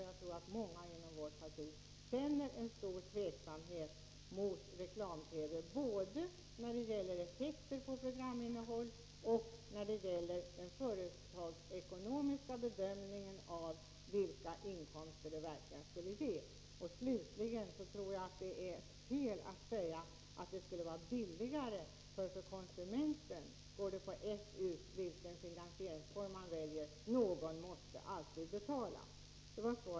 Jag tror att åtskilliga inom vårt parti känner en stor tveksamhet inför reklam-TV både när det gäller effekterna på programinnehållet och när det gäller den företagsekonomiska bedömningen av vilka inkomster som reklam-TV verkligen skulle ge. Vidare tror jag att det är fel att säga att reklam-TV skulle bli billigare för konsumenterna. Det torde gå på ett ut vilken finansieringsform man väljer. Någon måste alltid betala.